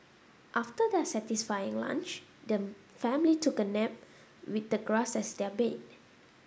after their satisfying lunch the family took a nap with the grass as their bed